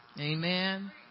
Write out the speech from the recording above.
Amen